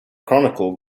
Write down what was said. chronicle